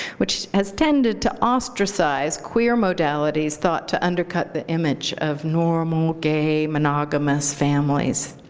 which has tended to ostracize queer modalities thought to undercut the image of normal gay monogamous families.